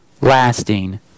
lasting